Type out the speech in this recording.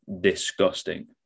disgusting